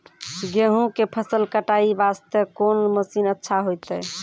गेहूँ के फसल कटाई वास्ते कोंन मसीन अच्छा होइतै?